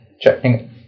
Checking